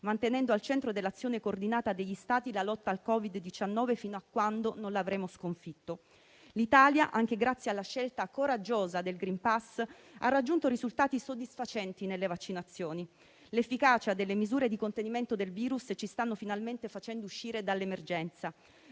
mantenendo al centro dell'azione coordinata degli Stati la lotta al Covid-19 fino a quando non lo avremo sconfitto. L'Italia, anche grazie alla scelta coraggiosa del *green pass*, ha raggiunto risultati soddisfacenti nelle vaccinazioni. L'efficacia delle misure di contenimento del virus ci stanno finalmente facendo uscire dall'emergenza.